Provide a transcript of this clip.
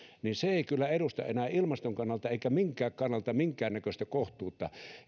ei kyllä edusta enää ilmaston kannalta eikä minkään kannalta minkäännäköistä kohtuutta